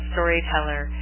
Storyteller